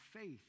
faith